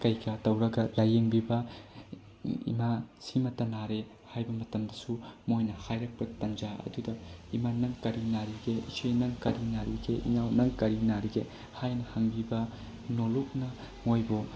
ꯀꯩꯀꯥ ꯇꯧꯔꯒ ꯂꯥꯏꯌꯦꯡꯕꯤꯕ ꯏꯃꯥ ꯁꯤꯃꯇ ꯅꯥꯔꯦ ꯍꯥꯏꯕ ꯃꯇꯝꯗꯁꯨ ꯃꯣꯏꯅ ꯍꯥꯏꯔꯛꯄ ꯇꯟꯖꯥ ꯑꯗꯨꯗ ꯏꯃꯥ ꯅꯪ ꯀꯔꯤ ꯅꯥꯔꯤꯒꯦ ꯏꯆꯦ ꯅꯪ ꯀꯔꯤ ꯅꯥꯔꯤꯒꯦ ꯏꯅꯥꯎ ꯅꯪ ꯀꯔꯤ ꯅꯥꯔꯤꯒꯦ ꯍꯥꯏꯅ ꯍꯪꯕꯤꯕ ꯅꯣꯂꯨꯛꯅ ꯃꯣꯏꯕꯨ